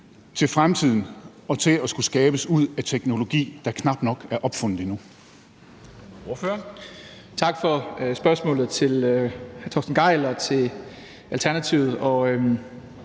til fremtiden og til at skulle skabes ud af teknologi, der knap nok er opfundet endnu?